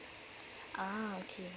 ah okay